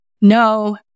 No